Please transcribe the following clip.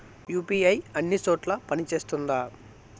UPI అన్ని చోట్ల పని సేస్తుందా?